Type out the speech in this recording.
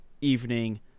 evening